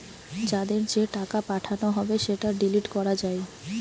যাদের যে টাকা পাঠানো হবে সেটা ডিলিট করা যায়